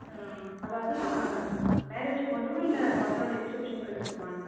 ஆ அதாவது மேரேஜுக்கு மட்டுமா இல்லை மொதல் நாள் ரிசப்ஷனுக்கு எடுக்கணுமா